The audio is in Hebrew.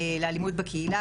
לאלימות בקהילה,